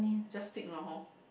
just steak lah hor